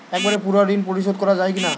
একবারে পুরো ঋণ পরিশোধ করা যায় কি না?